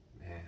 Man